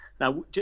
Now